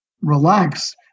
relax